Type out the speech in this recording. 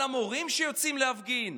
על המורים שיוצאים להפגין?